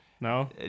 No